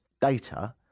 data